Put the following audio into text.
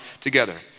together